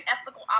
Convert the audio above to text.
ethical